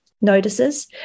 notices